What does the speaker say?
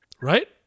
Right